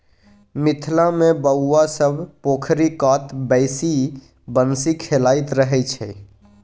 मिथिला मे बौआ सब पोखरि कात बैसि बंसी खेलाइत रहय छै